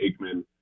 Aikman